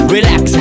Relax